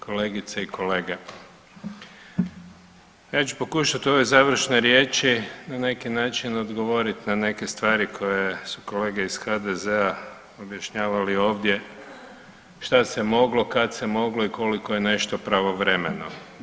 Kolegice i kolege, ja ću pokušati u ovoj završnoj riječi na neki način odgovorit na neke stvari koje su kolege iz HDZ-a objašnjavali ovdje šta se moglo, kad se moglo i koliko je nešto pravovremeno.